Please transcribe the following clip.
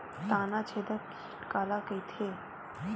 तनाछेदक कीट काला कइथे?